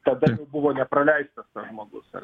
tada buvo nepraleistas žmogus ar